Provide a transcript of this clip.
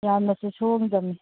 ꯌꯥꯝꯅꯁꯨ ꯁꯣꯝꯗꯃꯤ